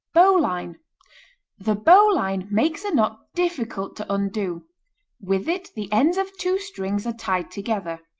bowline the bowline makes a knot difficult to undo with it the ends of two strings are tied together,